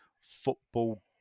football